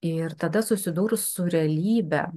ir tada susidūrus su realybe